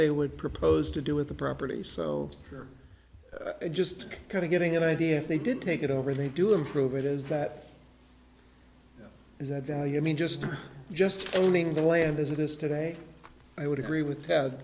they would propose to do with the property so they're just kind of getting an idea if they did take it over they do improve it is that is that value i mean just just owning the land as it is today i would agree with t